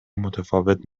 متفاوت